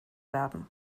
werden